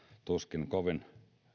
tuskin kovin